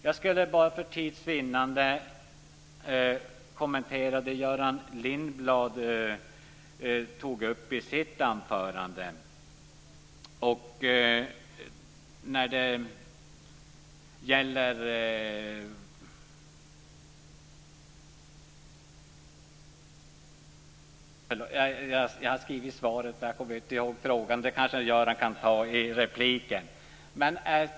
Jag hade tänkt att kommentera det Göran Lindblad sade i sitt anförande, men jag kommer inte ihåg frågan. Göran Lindblad kan kanske upprepa den i repliken.